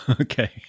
Okay